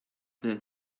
they